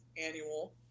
annual